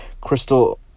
Crystal